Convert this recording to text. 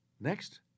Next